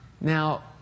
now